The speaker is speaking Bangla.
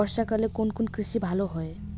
বর্ষা কালে কোন কোন কৃষি ভালো হয়?